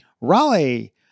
Raleigh